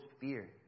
fear